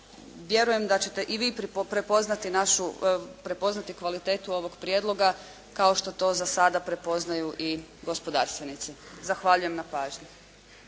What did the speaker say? vjerujem da ćete i vi prepoznati kvalitetu ovog prijedloga kao što to za sada prepoznaju i gospodarstvenici. Zahvaljujem na pažnji.